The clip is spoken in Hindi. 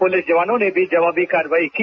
पुलिस जवानों ने भी जवाबी कार्रवाई की